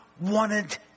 wanted